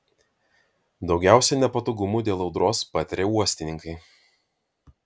daugiausiai nepatogumų dėl audros patiria uostininkai